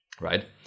right